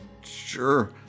Sure